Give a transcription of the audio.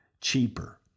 cheaper